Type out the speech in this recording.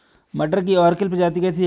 मटर की अर्किल प्रजाति कैसी है?